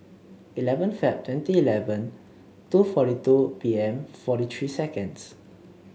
eleven Feb twenty eleven two forty two P M forty three seconds